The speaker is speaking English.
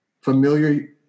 familiar